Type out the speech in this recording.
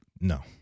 No